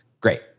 Great